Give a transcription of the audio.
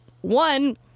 One